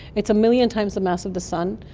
it's a million times the mass of the sun,